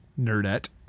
nerdette